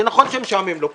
זה נכון שמשעמם לו פה,